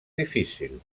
difícil